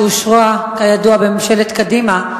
שאושרה כידוע בממשלת קדימה,